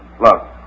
Look